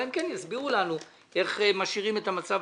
אלא אם כן יסבירו לנו איך משאירים את המצב